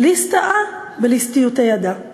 "לסטאה בלסטיותיה ידע";